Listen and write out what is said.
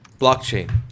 Blockchain